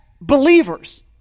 believers